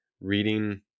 reading